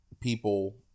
people